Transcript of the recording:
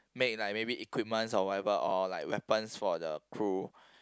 make like maybe equipments or whatever or like weapons for the crew